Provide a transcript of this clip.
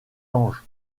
ange